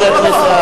לא.